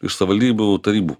iš savivaldybių tarybų